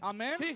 Amen